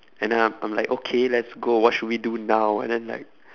and then I'm I'm like okay let's go what should we do now and then like